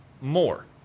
more